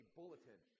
bulletin